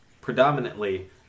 predominantly